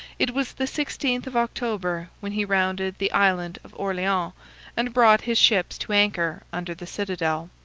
it was the sixteenth of october when he rounded the island of orleans and brought his ships to anchor under the citadel.